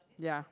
ya